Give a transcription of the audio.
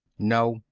no.